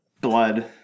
Blood